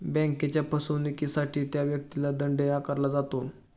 बँकेच्या फसवणुकीसाठी त्या व्यक्तीला दंडही आकारला जातो